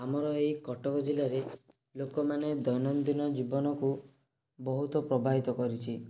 ଆମର ଏଇ କଟକ ଜିଲ୍ଲାରେ ଲୋକମାନେ ଦୈନନ୍ଦିନ ଜୀବନକୁ ବହୁତ ପ୍ରବାହିତ କରିଛି